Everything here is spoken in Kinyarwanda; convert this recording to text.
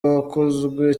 wakunzwe